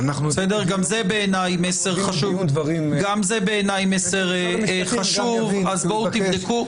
גם זה בעיני מסר חשוב אז בואו תבדקו.